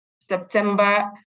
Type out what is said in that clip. September